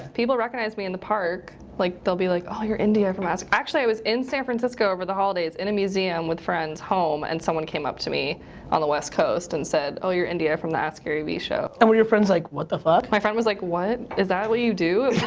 people recognize me in the park. like, they'll be like, oh you're india from ask actually i was in san francisco over the holidays in a museum with friends, home, and someone came up to me on the west coast, and said, oh you're india from the askgaryvee show. and were your friends like, what the fuck? my friend was like, what? is that what you do?